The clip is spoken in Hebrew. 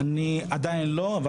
עדיין לא.